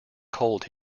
cold